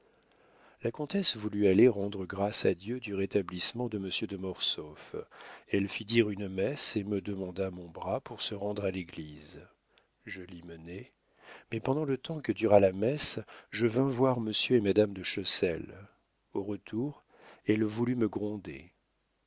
la comtesse voulut aller rendre grâces à dieu du rétablissement de monsieur de mortsauf elle fit dire une messe et me demanda mon bras pour se rendre à l'église je l'y menai mais pendant le temps que dura la messe je vins voir monsieur et madame de chessel au retour elle voulut me gronder